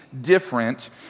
different